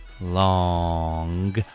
long